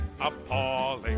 appalling